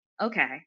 Okay